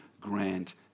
grant